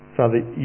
Father